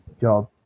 job